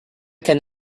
can